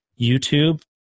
YouTube